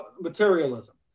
materialism